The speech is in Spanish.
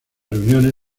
reuniones